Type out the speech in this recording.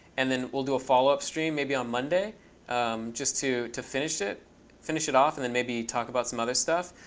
and then we'll do a follow-up stream maybe on monday just to to finish it finish it off and then maybe talk about some other stuff,